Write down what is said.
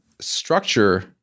structure